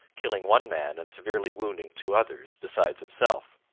killing one man and severely wounding two others, besides himself.